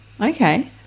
okay